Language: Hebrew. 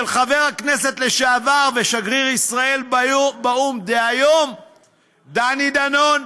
של חבר הכנסת לשעבר ושגריר ישראל באו"ם דהיום דני דנון.